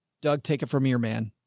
doug, take it from your man.